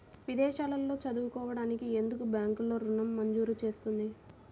విదేశాల్లో చదువుకోవడానికి ఎందుకు బ్యాంక్లలో ఋణం మంజూరు చేస్తుంది?